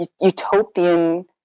utopian